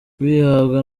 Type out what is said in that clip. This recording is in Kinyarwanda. uyihabwa